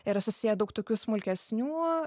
yra susiję daug tokių smulkesnių